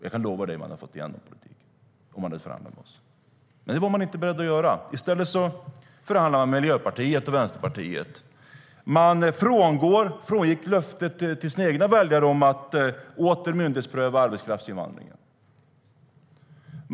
Jag kan lova dig att ni hade fått igenom politiken om ni hade förhandlat med oss. Men det var ni inte beredda att göra.I stället förhandlade Socialdemokraterna med Miljöpartiet och Vänsterpartiet. De frångick löftet till sina egna väljare om att åter myndighetspröva arbetskraftsinvandringen.